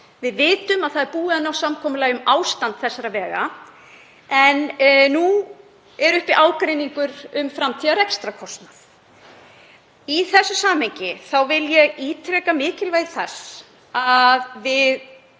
Við vitum að það er búið að ná samkomulagi um ástand þessara vega en nú er uppi ágreiningur um framtíðarrekstrarkostnað. Í þessu samhengi vil ég ítreka mikilvægi þess að við